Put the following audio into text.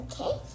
okay